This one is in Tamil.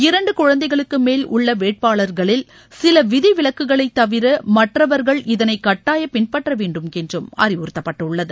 இரண்டு குழந்தைகளுக்கு மேல் உள்ள வேட்பாளர்களில் சில விதி விலக்குளைத் தவிர மற்றவர்கள் இதனை கட்டாயம் பின்பற்ற வேண்டும் என்று அறிவுறுத்தப்பட்டுள்ளது